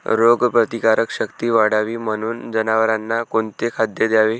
रोगप्रतिकारक शक्ती वाढावी म्हणून जनावरांना कोणते खाद्य द्यावे?